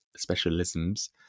specialisms